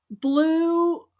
blue